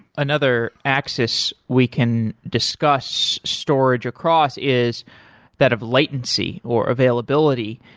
another axis we can discuss storage across is that of latency or availability,